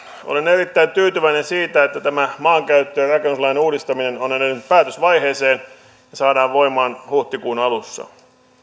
olen erittäin tyytyväinen siitä että tämä maankäyttö ja rakennuslain uudistaminen on edennyt päätösvaiheeseen ja saadaan voimaan huhtikuun alussa